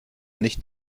nicht